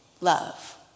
love